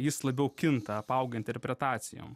jis labiau kinta apauga interpretacijom